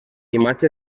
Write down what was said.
imatge